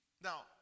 Now